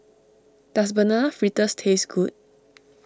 does Banana Fritters taste good